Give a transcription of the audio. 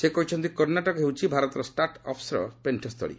ସେ କହିଛନ୍ତି କର୍ଷ୍ଣାଟକ ହେଉଛି ଭାରତର ଷ୍ଟାର୍ଟ ଅପ୍ସ୍ ର ପେଣ୍ଣସ୍ଥଳୀ